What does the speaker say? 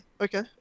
okay